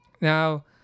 Now